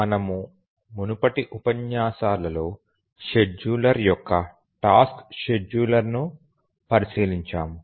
మనము మునుపటి ఉపన్యాసాలలో షెడ్యూలర్ యొక్క టాస్క్ షెడ్యూలర్లను పరిశీలించాము